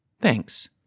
thanks